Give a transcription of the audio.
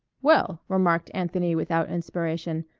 well, remarked anthony without inspiration,